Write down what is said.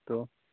तो